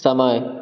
समय